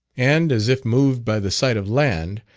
and as if moved by the sight of land,